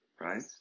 right